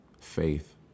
faith